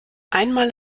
einmal